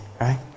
right